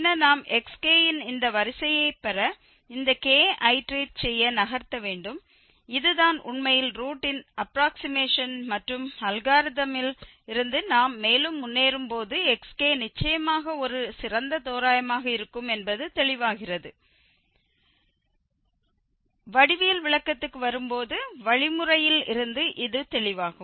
பின்னர் நாம் xkன் இந்த வரிசையை பெற இந்த k ஐட்ரேட் செய்ய நகர்த்த வேண்டும் இது தான் உண்மையில் ரூட்டின் அப்ராக்சிமேஷன் மற்றும் அல்காரிதமில் இருந்து நாம் மேலும் முன்னேறும்போது xk நிச்சயமாக ஒரு சிறந்த தோராயமாக இருக்கும் என்பது தெளிவாகிறது வடிவியல் விளக்கத்துக்கு வரும் போது வழிமுறையில் இருந்து இது தெளிவாகும்